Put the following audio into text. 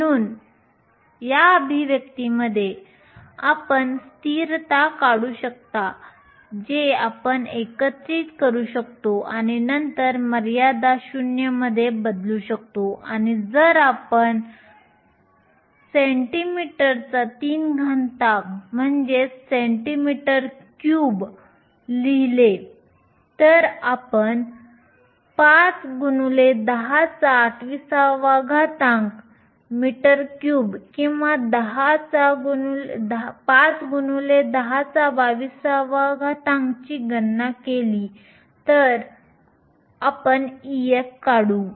म्हणून या अभिव्यक्तीमध्ये आपण स्थिरता काढू शकता जे आपण एकत्रितइंटिग्रेशन करू शकतो आणि नंतर मर्यादा 0 मध्ये बदलू शकतो आणि जर आपण cm3 लिहिले जर आपण 5 x1028 m3 किंवा 5 x 1022 ची गणना केली तर आपण Ef काढू